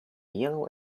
yellow